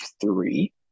three